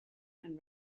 and